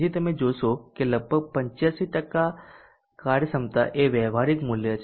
તેથી તમે જોશો કે લગભગ 85 કાર્યક્ષમતા એ વ્યવહારિક મૂલ્ય છે